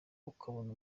ukabona